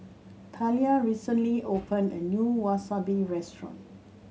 Talia recently opened a new Wasabi Restaurant